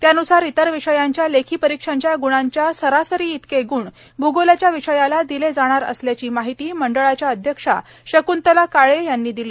त्यान्सार इतर विषयांच्या लेखी परीक्षांच्या ग्णांच्या सरासरीइतके ग्ण भूगोलाच्या विषयाला दिले जाणार असल्याची माहिती मंडळाच्या अध्यक्षा शक्तला काळे यांनी दिली